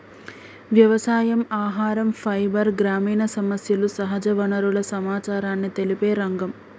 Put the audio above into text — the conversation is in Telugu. వ్యవసాయం, ఆహరం, ఫైబర్, గ్రామీణ సమస్యలు, సహజ వనరుల సమచారాన్ని తెలిపే రంగం